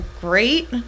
great